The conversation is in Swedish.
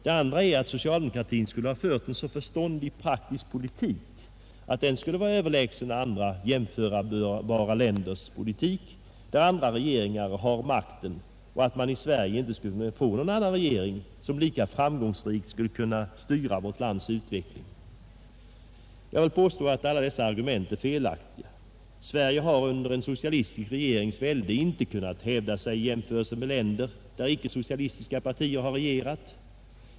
Det andra är att socialdemokratin skulle ha fört en så förståndig praktisk politik att den skulle vara överlägsen andra jämförbara länders politik där andra regeringar har makten och att man i Sverige inte skulle kunna få någon annan regering som lika framgångsrikt skulle kunna styra vårt lands utveckling. Jag vill påstå att alla dessa argument är felaktiga. Sverige har under en socialistisk regerings välde inte kunnat hävda sig i jämförelsen med länder, där icke-socialistiska partier har regerat.